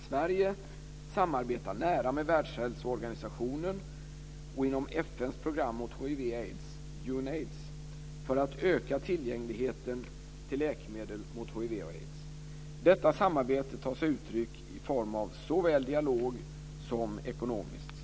Sverige samarbetar nära med Världshälsoorganisationen och inom FN:s program mot hiv aids. Detta samarbete tar sig uttryck i form av såväl dialog som ekonomiskt stöd.